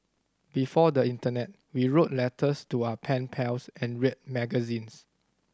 before the internet we wrote letters to our pen pals and read magazines